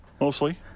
Mostly